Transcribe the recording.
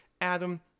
Adam